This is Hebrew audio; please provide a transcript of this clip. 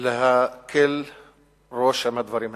להקל ראש בדברים האלו.